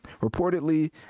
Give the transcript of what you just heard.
reportedly